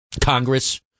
Congress